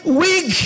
wig